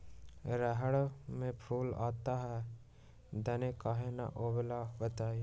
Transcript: रहर मे फूल आता हैं दने काहे न आबेले बताई?